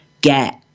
get